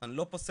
אני לא פוסל,